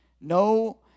No